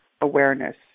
awareness